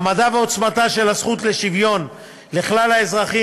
מעמדה ועוצמתה של הזכות לשוויון לכלל האזרחים